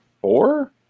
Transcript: Four